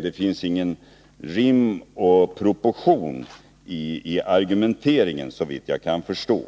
Det finns inga rimliga proportioner i argumenteringen, såvitt jag kan förstå.